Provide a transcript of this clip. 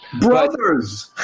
Brothers